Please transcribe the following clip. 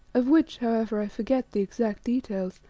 of which, however, i forget the exact details,